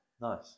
Nice